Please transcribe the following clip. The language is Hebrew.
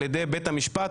על ידי בית המשפט,